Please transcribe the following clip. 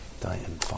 Diane